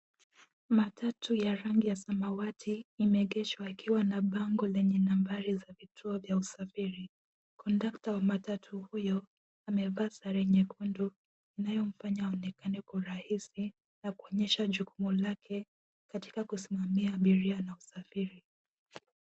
Matatu ya rangi ya samawati, imeegeshwa, ikiwa na bango lenye nambari za vituo vya usafiri. Kondukta wa matatu huyo, amevaa sare nyekundu, inayomfanya aonekane kwa urahisi, na kuonyesha jukumu lake, katika kusimamia abiria na usafiri.